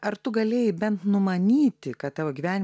ar tu galėjai bent numanyti kad tavo gyven